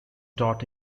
taught